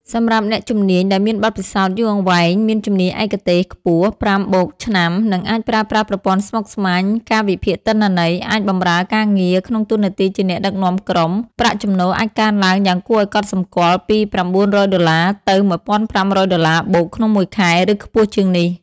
សម្រាប់អ្នកជំនាញដែលមានបទពិសោធន៍យូរអង្វែង មានជំនាញឯកទេសខ្ពស់(5+ ឆ្នាំ) និងអាចប្រើប្រាស់ប្រព័ន្ធស្មុគស្មាញ ការវិភាគទិន្នន័យ អាចបម្រើការងារក្នុងតួនាទីជាអ្នកដឹកនាំក្រុម ប្រាក់ចំណូលអាចកើនឡើងយ៉ាងគួរឱ្យកត់សម្គាល់ពី $900 ទៅ $1,500+ ក្នុងមួយខែ ឬខ្ពស់ជាងនេះ។